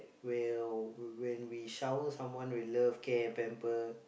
will when we shower someone with love care pamper